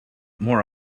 more